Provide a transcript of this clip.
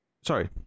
sorry